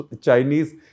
Chinese